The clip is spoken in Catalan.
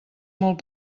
molt